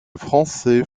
français